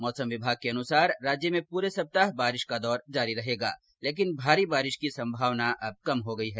मौसम विभाग के अनुसार राज्य में पूरे सप्ताह बारिश का दौर जारी रहेगा लेकिन भारी बारिश की संभावना अब कम हो गयी है